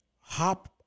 Hop